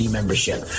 membership